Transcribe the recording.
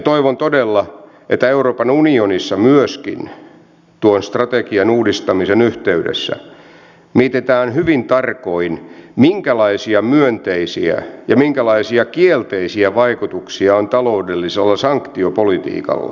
toivon todella että euroopan unionissa myöskin tuon strategian uudistamisen yhteydessä mietitään hyvin tarkoin minkälaisia myönteisiä ja minkälaisia kielteisiä vaikutuksia on taloudellisella sanktiopolitiikalla